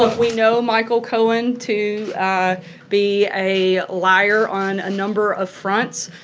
we know michael cohen to be a liar on a number of fronts,